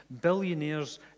billionaires